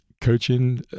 coaching